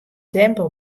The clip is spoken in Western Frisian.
tempo